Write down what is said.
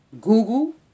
Google